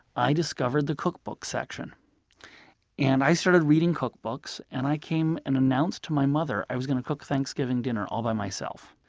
i discovered the cookbook section and i started reading cookbooks. and i came and announced to my mother i was going to cook thanksgiving dinner all by myself.